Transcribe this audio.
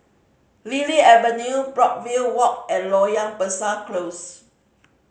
Lily Avenue Brookvale Walk and Loyang Besar Close